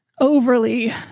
overly